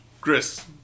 Chris